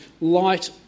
light